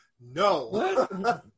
No